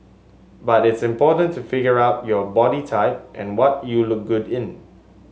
but it's important to figure out your body type and what you look good in